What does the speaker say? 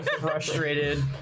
frustrated